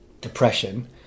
depression